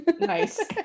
nice